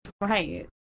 Right